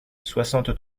soixante